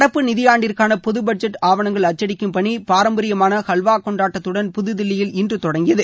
நடப்பு நிதியாண்டிற்கான பொது பட்ஜெட் ஆவணங்கள் அச்சடிக்கும் பணி பாரம்பரியமான ஹல்வா கொண்டாட்டத்துடன் புதுதில்லியில் இன்று தொடங்கியது